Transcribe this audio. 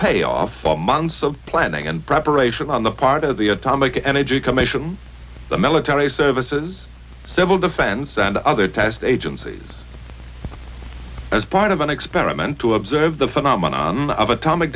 payoff for months of planning and preparation on the part of the atomic energy commission the military services civil defense and other terrorist agencies as part of an experiment to observe the phenomenon of atomic